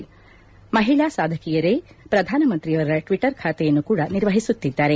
ಅಲ್ಲದೆ ಮಹಿಳಾ ಸಾಧಕಿಯರೇ ಪ್ರಧಾನಮಂತ್ರಿಯವರ ಟ್ವಟ್ವರ್ ಖಾತೆಯನ್ನು ನಿರ್ವಹಿಸುತ್ತಿದ್ದಾರೆ